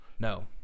No